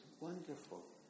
wonderful